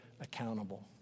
accountable